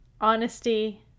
honesty